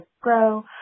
grow